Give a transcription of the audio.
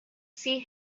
see